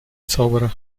zauberer